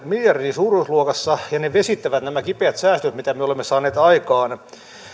suuruusluokassa ja ne vesittävät nämä kipeät säästöt mitä me olemme saaneet aikaan